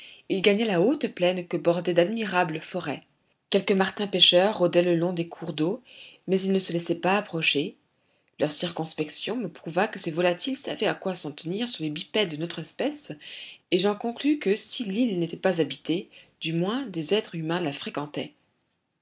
il gagna la haute plaine que bordaient d'admirables forêts quelques martins pêcheurs rôdaient le long des cours d'eau mais ils ne se laissaient pas approcher leur circonspection me prouva que ces volatiles savaient à quoi s'en tenir sur des bipèdes de notre espèce et j'en conclus que si l'île n'était pas habitée du moins des êtres humains la fréquentaient